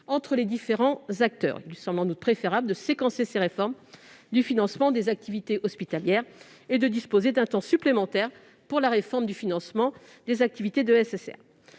entre les différents acteurs. Il semble en outre préférable de séquencer ces réformes du financement des activités hospitalières et de disposer d'un délai supplémentaire pour la réforme du financement des activités de SSR.